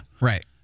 Right